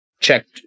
checked